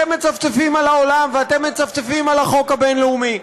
אתם מצפצפים על העולם ואתם מצפצפים על החוק הבין-לאומי.